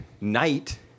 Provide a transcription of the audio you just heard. night